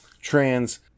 trans